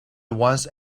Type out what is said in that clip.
once